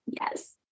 Yes